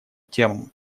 темам